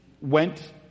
went